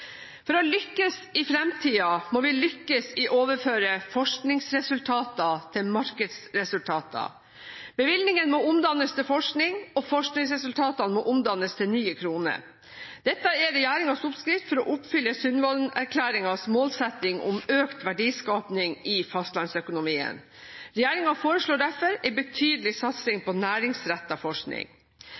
For å lykkes i fremtiden må vi lykkes i å overføre forskningsresultater til markedsresultater. Bevilgningene må omdannes til forskning, og forskningsresultatene må omdannes til nye kroner. Dette er regjeringens oppskrift for å oppfylle Sundvolden-erklæringens målsetting om økt verdiskaping i fastlandsøkonomien. Regjeringen foreslår derfor en betydelig satsing på næringsrettet forskning.